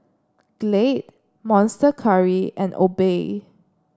Glade Monster Curry and Obey